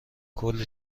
کلی